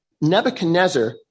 Nebuchadnezzar